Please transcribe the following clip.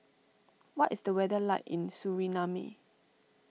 what is the weather like in Suriname